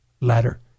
Ladder